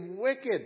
wicked